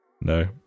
No